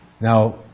Now